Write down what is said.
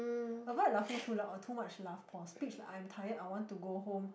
am I laughing too loud or too much laugh pause speech like I am tired I want to go home